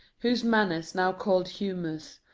whose manners, now call'd humours,